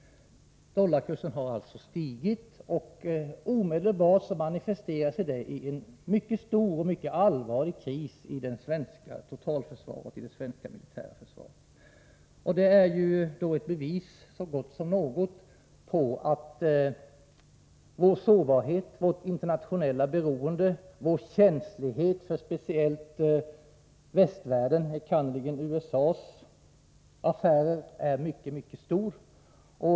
Dollarkursen har alltså stigit, och omedelbart manifesterar sig detta i en mycket stor och allvarlig kris i det svenska totalförsvaret, i det svenska militära försvaret. Det är ett bevis så gott som något på vår sårbarhet, på vårt internationella beroende och på att vår känslighet för speciellt västvärldens, enkannerligen USA:s, affärer är mycket stor.